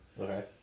Okay